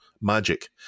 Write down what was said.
magic